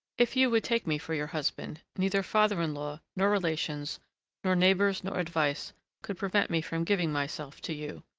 if you would take me for your husband, neither father-in-law nor relations nor neighbors nor advice could prevent me from giving myself to you.